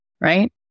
Right